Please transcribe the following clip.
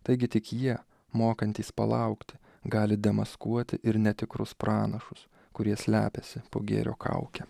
taigi tik jie mokantys palaukt gali demaskuoti ir netikrus pranašus kurie slepiasi po gėrio kauke